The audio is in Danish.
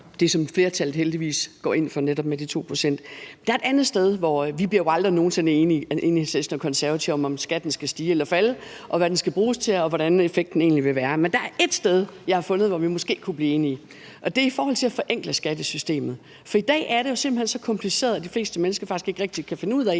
det, som flertallet heldigvis går ind for, netop med de 2 pct. Vi bliver jo i Enhedslisten og Konservative aldrig nogen sinde enige om, om skatten skal stige eller falde, og hvad den skal bruges til, og hvordan effekten egentlig vil være. Men der er ét sted, jeg har fundet, hvor vi måske kunne blive enige, og det er i forhold til at forenkle skattesystemet. For i dag er det jo simpelt hen så kompliceret, at de fleste mennesker faktisk ikke rigtig kan finde ud af,